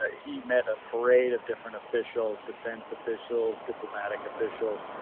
ah he meta parade of different officials, defense officials, diplomatic officials.